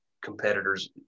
competitors